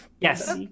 Yes